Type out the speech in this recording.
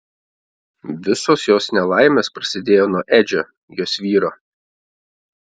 visos jos nelaimės prasidėjo nuo edžio jos vyro